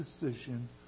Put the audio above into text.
decision